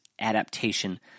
adaptation